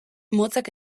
motzak